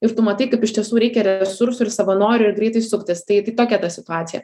ir tu matai kaip iš tiesų reikia resursų ir savanorių ir greitai suktis tai tai tokia ta situacija